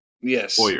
Yes